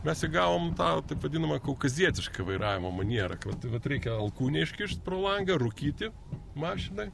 mes įgavom tą taip vadinamą kaukazietišką vairavimo manierą vat reikia alkūnę iškišt pro langą rūkyti mašinoj